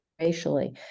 racially